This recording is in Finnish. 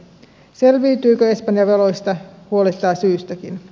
selviytyykö espanja veloista huolettaa syystäkin